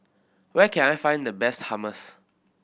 where can I find the best Hummus